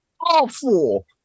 awful